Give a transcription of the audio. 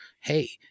hey